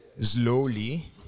slowly